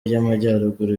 y’amajyaruguru